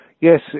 yes